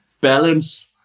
balance